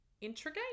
integrate